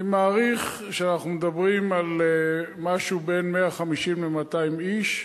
אני מעריך שאנחנו מדברים על משהו בין 150 ל-200 איש,